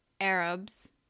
Arabs